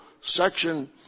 section